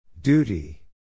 Duty